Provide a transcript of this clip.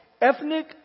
ethnic